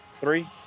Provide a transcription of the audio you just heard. Three